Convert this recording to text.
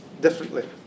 differently